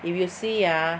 if you see ah